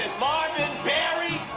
marvin berry?